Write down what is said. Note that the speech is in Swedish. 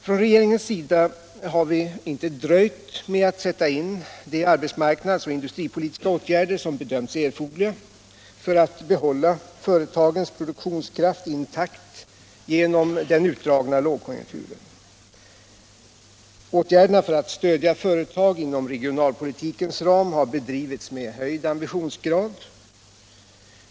Från regeringens sida har vi inte dröjt med att sätta in de arbetsmarknadsoch industripolitiska åtgärder som bedömts erforderliga för att behålla företagens produktionskraft intakt genom den utdragna lågkonjunkturen. Åtgärderna för att stödja företag inom regionalpolitikens ram har bedrivits med höjd ambitionsgrad.